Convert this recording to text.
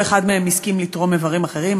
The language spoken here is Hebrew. כל אחד מהם הסכים לתרום איברים אחרים.